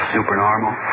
Supernormal